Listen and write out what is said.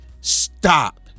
stop